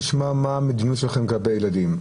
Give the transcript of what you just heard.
נשמע מה המדיניות שלכם לגבי ילדים.